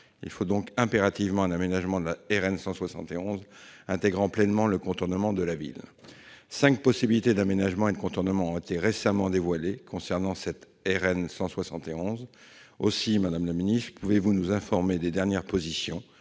Il faut donc impérativement un aménagement de la RN 171 intégrant pleinement le contournement de la ville. Cinq possibilités d'aménagement et de contournement ont été récemment dévoilées concernant cette route nationale. Madame la ministre, pouvez-vous nous informer des dernières positions